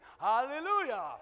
Hallelujah